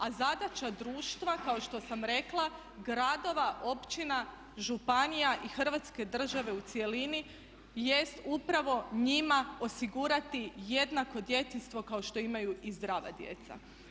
A zadaća društva kao što sam rekla, gradova, općina, županija i Hrvatske države u cjelini jest upravo njima osigurati jednako djetinjstvo kao što imaju i zdrava djeca.